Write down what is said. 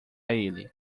ele